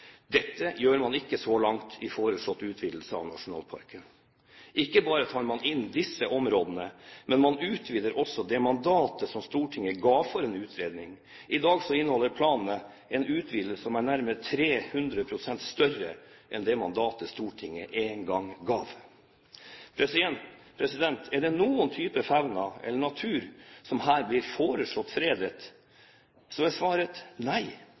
Dette har man ikke gjort så langt i den foreslåtte utvidelsen av nasjonalparken. Ikke bare tar man inn disse områdene, men man utvider også det mandatet som Stortinget ga for utredningen. I dag inneholder planene en utvidelse som er nærmere 300 pst. større enn det mandatet Stortinget en gang ga. Er det noen type fauna eller natur som her blir foreslått fredet, er svaret nei.